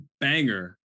banger